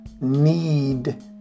need